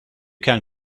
can